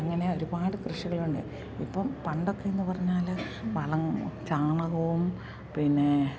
അങ്ങനെ ഒരുപാട് കൃഷികളുണ്ട് ഇപ്പം പണ്ടൊക്കെ എന്ന് പറഞ്ഞാല് വളം ചാണകവും പിന്നെ